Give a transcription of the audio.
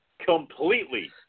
completely